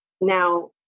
now